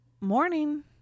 Morning